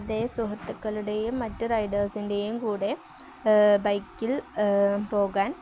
അതേ സുഹൃത്തുക്കളുടെയും മറ്റു റൈഡേഴ്സിൻ്റെയും കൂടെ ബൈക്കിൽ പോകാൻ